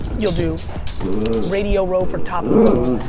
you'll do radio row for top of the funnel,